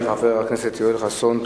של חבר הכנסת יואל חסון,